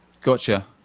Gotcha